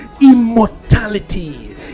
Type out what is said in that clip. immortality